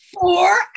Four